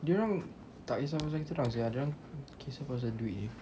dia orang tak kisah pasal kita orang sia dia orang kisah pasal duit jer